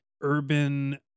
urban